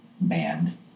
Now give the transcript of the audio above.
band